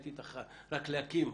רק למצוא חלופה,